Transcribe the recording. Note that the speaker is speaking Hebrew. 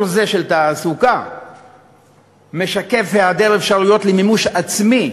זה של תעסוקה משקף היעדר אפשרויות מימוש עצמי